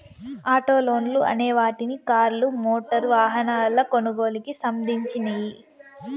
auto లోన్లు అనే వాటిని కార్లు, మోటారు వాహనాల కొనుగోలుకి సంధించినియ్యి